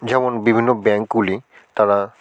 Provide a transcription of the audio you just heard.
যেমন বিভিন্ন ব্যাঙ্কগুলি তারা